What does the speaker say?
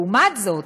לעומת זאת,